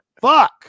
fuck